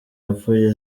yapfuye